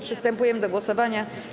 Przystępujemy do głosowania.